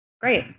Great